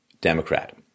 Democrat